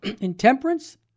intemperance